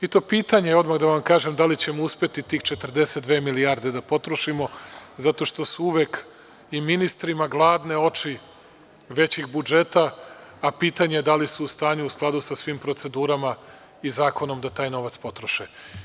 I to pitanje, odmah da vam kažem da li ćemo uspeti tih 42 milijarde da potrošimo zato što su uvek i ministrima gladne oči većih budžeta, a pitanje je da li su u stanju u skladu sa svim procedurama i zakonom da taj novac potroše.